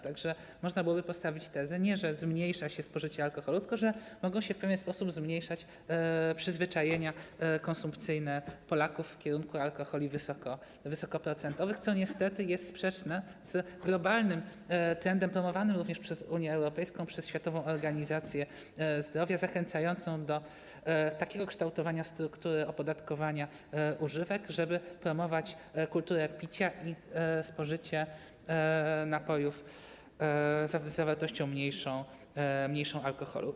Tak że można byłoby postawić tezę, że nie tyle zmniejsza się spożycie alkoholu, ile mogą się w pewien sposób zmieniać przyzwyczajenia konsumpcyjne Polaków w kierunku alkoholi wysokoprocentowych, co niestety jest sprzeczne z globalnym trendem promowanym również przez Unię Europejską, przez Światową Organizację Zdrowia, zachęcające do takiego kształtowania struktury opodatkowania używek, żeby promować kulturę picia i spożycia napojów z mniejszą zawartością alkoholu.